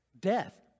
Death